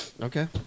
Okay